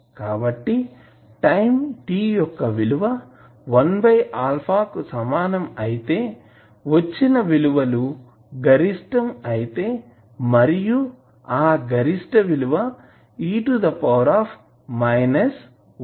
కాబట్టి time t యొక్క విలువ 1α కు సమానం అయితే వచ్చిన విలువ గరిష్టం అయితే మరియు ఆ గరిష్ట విలువ e 1α అవుతుంది